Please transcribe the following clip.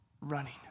running